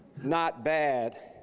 not bad,